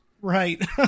Right